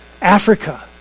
Africa